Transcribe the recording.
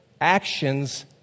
actions